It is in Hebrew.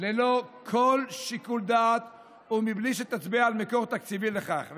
ללא כל שיקול דעת ובלי שתצביע על מקור תקציבי לכך,